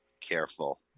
careful